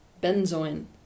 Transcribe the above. Benzoin